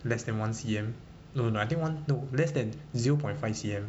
less than one C_M no no I think one no less than zero point five C_M